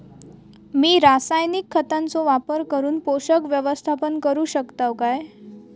मी रासायनिक खतांचो वापर करून पोषक व्यवस्थापन करू शकताव काय?